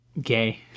Gay